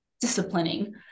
disciplining